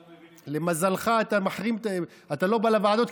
למזלך אתה לא בא לוועדות,